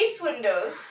windows